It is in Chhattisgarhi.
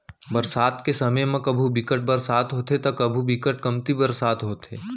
बरसात के समे म कभू बिकट बरसा होथे त कभू बिकट कमती बरसा होथे